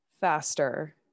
faster